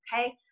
okay